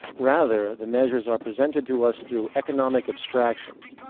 rather, the measures are presented to us through economic abstractions.